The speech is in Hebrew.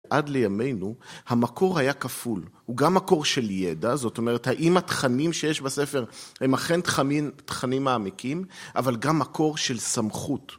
עד לימינו המקור היה כפול, הוא גם מקור של ידע, זאת אומרת האם התכנים שיש בספר הם אכן תכנים מעמיקים, אבל גם מקור של סמכות.